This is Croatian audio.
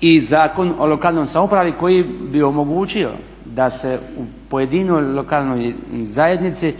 i Zakon o lokalnoj samoupravi koji bi omogućio da se u pojedinoj lokalnoj zajednici